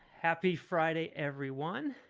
happy friday everyone